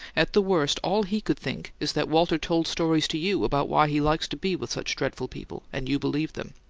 at the worst, all he could think is that walter told stories to you about why he likes to be with such dreadful people, and you believed them.